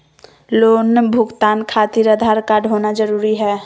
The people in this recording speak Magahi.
लोन भुगतान खातिर आधार कार्ड होना जरूरी है?